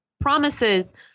promises